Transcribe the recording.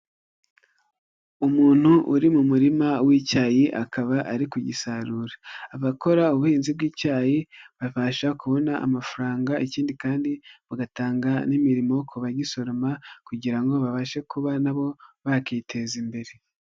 Umuntu uri mu murima w'icyayi akaba ari kugisarura, abakora ubuhinzi bw'icyayi babasha kubona amafaranga ikindi kandi bagatanga n'imirimo ku bagisoroma kugira ngo babashe kuba nabo bakiteza imbere.